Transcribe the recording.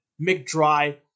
McDry